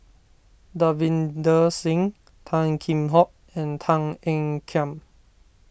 Davinder Singh Tan Kheam Hock and Tan Ean Kiam